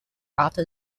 after